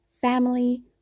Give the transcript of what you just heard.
family